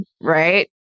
right